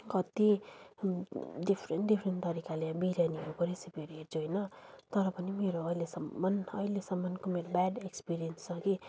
कति different different तरिकाले बिर्यानीहरको रेसिपीहरू हेर्छु होइन तर पनि मेरो अहिलेसम्म अहिलेसमनको मेरो ब्याड एक्सपिरिएन्स छ कि